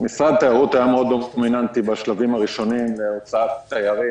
משרד התיירות היה מאוד דומיננטי בשלבים הראשונים בהוצאת תיירים.